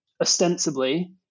ostensibly